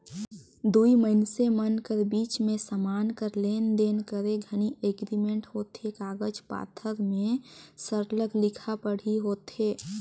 दुई मइनसे मन कर बीच में समान कर लेन देन करे घनी एग्रीमेंट होथे कागज पाथर में सरलग लिखा पढ़ी होथे